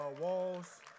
walls